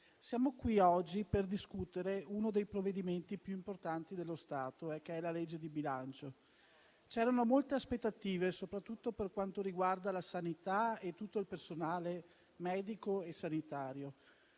siamo qui oggi per discutere uno dei provvedimenti più importanti dello Stato, cioè il disegno di legge di bilancio, su cui c'erano molte aspettative, soprattutto per quanto riguarda la sanità e tutto il personale medico e sanitario.